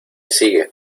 sigue